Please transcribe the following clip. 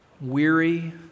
Weary